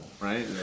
right